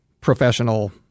professional